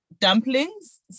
dumplings